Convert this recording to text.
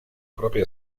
propia